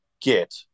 get